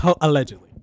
allegedly